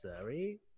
Sorry